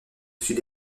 sud